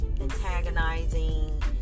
antagonizing